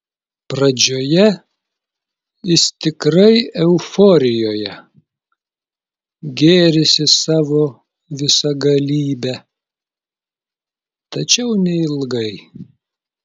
pradžioje jis tikrai euforijoje gėrisi savo visagalybe tačiau neilgai